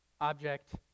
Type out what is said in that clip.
object